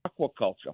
aquaculture